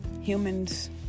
humans